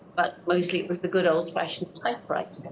but mostly, it was the good old fashioned typewriter.